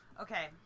Okay